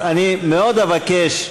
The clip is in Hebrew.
אני מאוד אבקש,